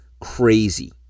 crazy